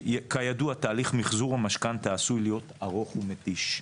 כידוע תהליך מחזור המשכנתא עשוי להיות ארוך ומתיש,